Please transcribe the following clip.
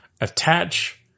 attach